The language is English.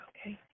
okay